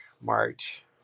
March